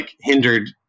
hindered